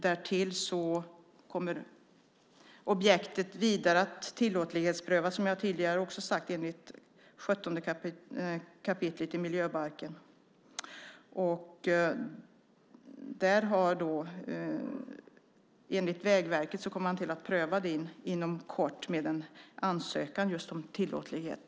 Därtill kommer objektet att tillåtlighetsprövas, som jag tidigare sagt, enligt 17 kap. i miljöbalken. Enligt Vägverket kommer man att pröva det inom kort genom en ansökan om just tillåtlighet.